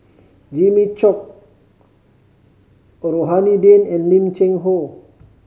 Jimmy Chok Rohani Din and Lim Cheng Hoe